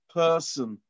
person